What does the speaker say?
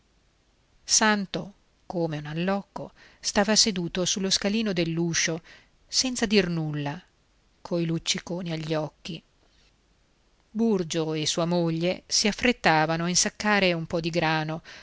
santo come un allocco stava seduto sullo scalino dell'uscio senza dir nulla coi lucciconi agli occhi burgio e sua moglie si affrettavano a insaccare un po di grano